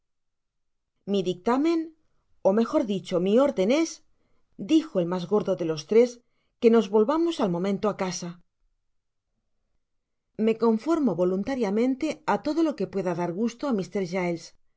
mi dictamen ó mejor dicho mi orden es dijo el mas gordo de los tres que nos volvamos al momento á casa me conformo voluntariamente á todo lo que pueda dar gusto á mr